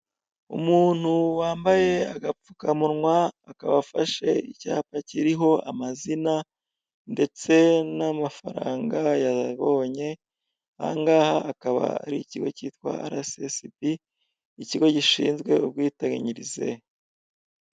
Umuntu wambaye agapfukamunwa akaba afashe icyapa kiriho amazina ndetse n'amafaranga yabonye ahangaha akaba ari ikigo cyitwa arasesibi ikigo gishinzwe ubwiteganyirize.